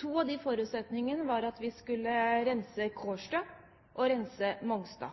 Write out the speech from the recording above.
To av de forutsetningene var at vi skulle rense Kårstø og Mongstad.